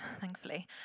thankfully